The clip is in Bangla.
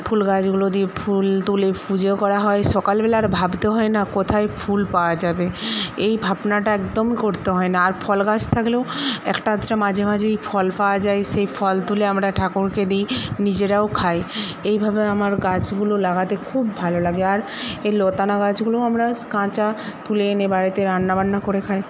ফুলগাছগুলো দিয়ে ফুল তুলে পুজো করা হয় সকালবেলা আর ভাবতেও হয়না কোথায় ফুল পাওয়া যাবে এই ভাবনাটা একদম করতে হয়না আর ফল গাছ থাকলেও একটা আধটা মাঝেমাঝেই ফল পাওয়া যায় সেই ফল তুলে আমরা ঠাকুরকে দিই নিজেরাও খাই এইভাবে আমার গাছগুলো লাগাতে খুব ভালো লাগে আর এই লতানো গাছগুলো আমরা কাঁচা তুলে এনে বাড়িতে রান্নাবান্না করে খাই